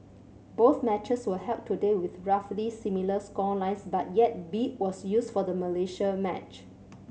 both matches were held today with roughly similar score lines but yet 'beat' was used for the Malaysia match